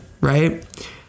right